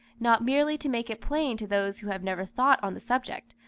not merely to make it plain to those who have never thought on the subject,